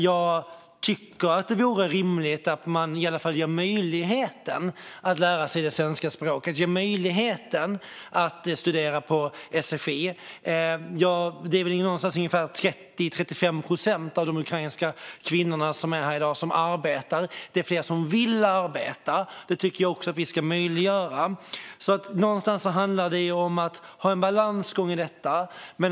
Jag tycker att det vore rimligt att i alla fall ge möjlighet att lära sig det svenska språket genom att studera på sfi. Av de ukrainska kvinnor som är här i dag är det ungefär 30-35 procent som arbetar. Men det är fler som vill arbeta, och det tycker jag också att vi ska möjliggöra. Någonstans handlar det som att ha en balansgång i detta.